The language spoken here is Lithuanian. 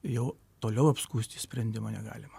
jau toliau apskųsti sprendimo negalima